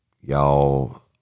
y'all